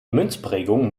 münzprägung